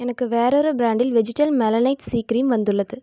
எனக்கு வேறொரு பிரான்டில் வெஜிடல் மெலனைட் சி கிரீம் வந்துள்ளது